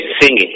singing